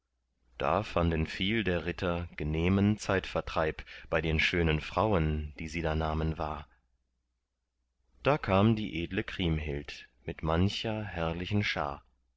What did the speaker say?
da fanden viel der ritter genehmen zeitvertreib bei den schönen frauen die sie da nahmen wahr da kam die edle kriemhild mit mancher herrlichen schar